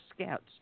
Scouts